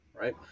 Right